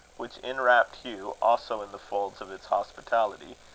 which inwrapt hugh also in the folds of its hospitality,